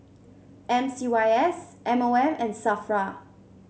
M C Y S M O M and Safra